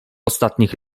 ostatnich